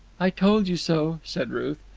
i told you so, said ruth.